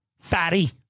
fatty